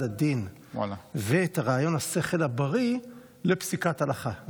הדין ואת רעיון השכל הבריא לפסיקת הלכה.